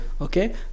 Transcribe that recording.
okay